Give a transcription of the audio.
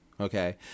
Okay